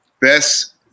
Best